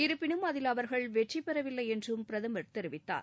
இருப்பினும் அதில் அவர்கள் வெற்றிபெறவில்லை என்றும் பிரதமர் தெரிவித்தார்